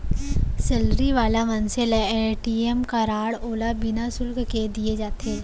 salary वाला मनसे ल ए.टी.एम कारड ओला बिना सुल्क के दिये जाथे